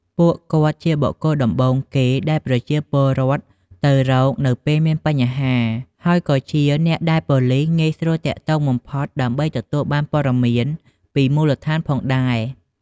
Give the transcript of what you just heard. ពួកគាត់ជាបុគ្គលដំបូងគេ ដែលប្រជាពលរដ្ឋទៅរកនៅពេលមានបញ្ហា ហើយក៏ជាអ្នកដែលប៉ូលីសងាយស្រួលទាក់ទងបំផុតដើម្បីទទួលបានព័ត៌មានពីមូលដ្ឋានផងដែរ។